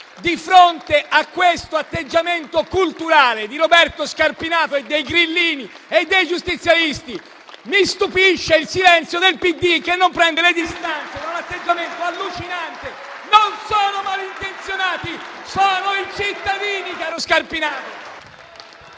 Di fronte a questo atteggiamento culturale di Roberto Scarpinato, dei grillini e dei giustizialisti, mi stupisce il silenzio del PD, che non prende le distanze da un atteggiamento allucinante. Non sono malintenzionati: sono i cittadini, caro Scarpinato!